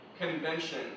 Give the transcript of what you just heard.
convention